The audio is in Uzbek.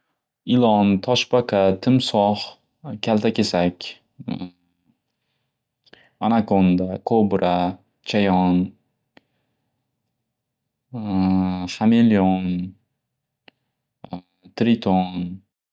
Ilon, toshbaqa, timsox, kaltakesak, anakonda, ko'bra, chayon, hamilyon, triton.